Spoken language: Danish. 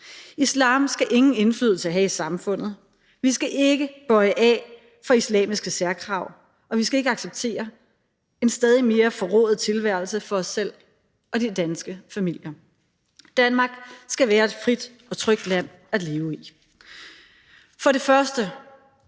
Islam skal ingen indflydelse have i samfundet. Vi skal ikke bøje af for islamiske særkrav, og vi skal lidt acceptere en stadig mere forrået tilværelse for os selv og de danske familier. Danmark skal være et frit og trygt land at leve i.